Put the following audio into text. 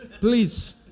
please